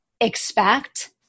expect